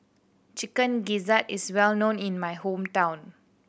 Chicken Gizzard is well known in my hometown